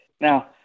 now